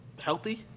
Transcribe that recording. healthy